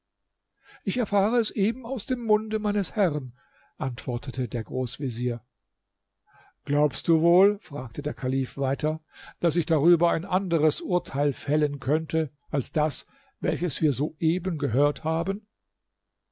ich erfahre es eben aus dem munde meines herren antwortete der großvezier glaubst du wohl fragte der kalif weiter daß ich darüber ein anderes urteil fällen könnte als das welches wir soeben gehört haben